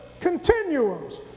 continuums